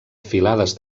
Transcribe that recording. filades